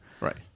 Right